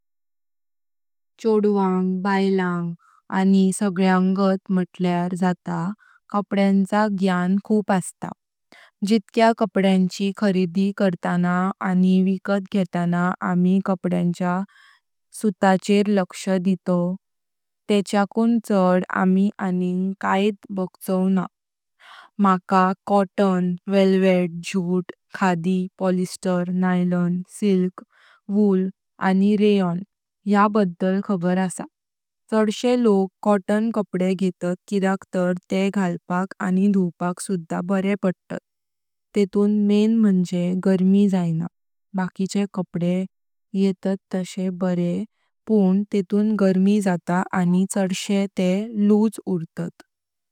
छोडवांग बायलान सगळ्यांगात मतल्यार जात कपड्यांच ग्याण खूप अस्तात। जितक्या काड्यांची खरेदी करताना विकत घेताना आमि कपड्यांच्या सुताचेर लक्ष देताव तेस्या कुन चड आमि अनिंग कैत बाघचोव न्हा। मका cotton, velvet, jute, khadi, polyester, nylon, silk, wool, rayon या बद्दल खबर असा। चडशे लोक कॉटन कपडे घेतात किद्याक तार ते घालपाक धुवपाक सुधा बरे पडतात। तेतून मैन म्हणजे गर्मी जायना। बकीचे कपडे येतात तशे बरे पण तेतून गर्मी जाता चडशे ते लूज उरतात।